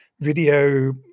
video